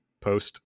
post